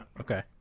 Okay